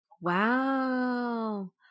Wow